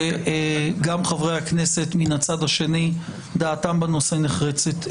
חברי הכנסת מהצד השני דעתם בנושא נחרצת.